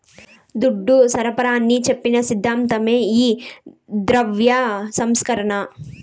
దుడ్డు సరఫరాని చెప్పి సిద్ధాంతమే ఈ ద్రవ్య సంస్కరణ